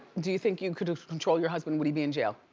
do you think you could have controlled your husband, would he be in jail?